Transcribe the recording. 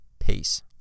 Peace